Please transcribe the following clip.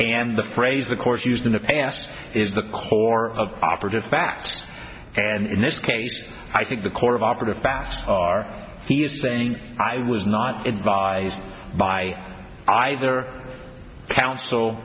and the phrase the course used in the past is the core of operative facts and in this case i think the court of operative past are here saying i was not advised by either